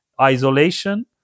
isolation